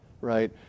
Right